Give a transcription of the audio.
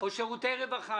או בשירותי רווחה,